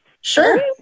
Sure